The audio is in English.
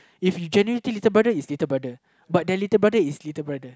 if you genuinely little brother is little brother but their little brother is little brother